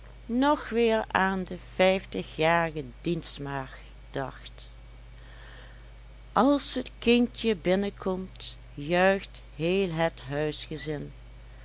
nog weer aan de vijftigjarige dienstmaagd dacht als t kindje binnenkomt juicht heel het huisgezin